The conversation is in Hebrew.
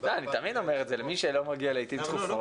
אני תמיד אומר את זה למי שלא מגיע לעיתים דחופות,